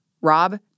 Rob